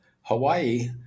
Hawaii